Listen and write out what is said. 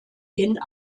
hin